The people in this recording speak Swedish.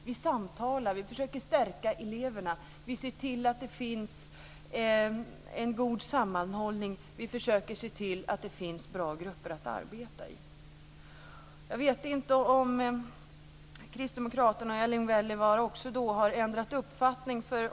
De samtalar och försöker stärka eleverna. De ser till att det finns en god sammanhållning, och de försöker se till att det finns bra grupper att arbeta i. Jag vet inte om Erling Wälivaara och kristdemokraterna också har ändrat uppfattning.